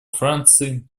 франции